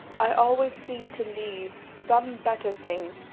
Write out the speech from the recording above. i always seem to leave some better thing,